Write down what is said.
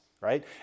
right